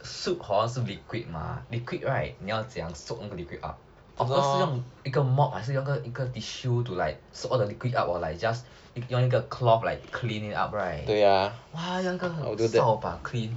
soup hor 是 liquid mah liquid right 你要怎样 soak 那个 liquid up of course 是用一个 mop or 用一个 tissue to like soak or just 用一个 cloth like clean it up right !wah! 他跟我用扫把 clean